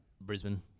Brisbane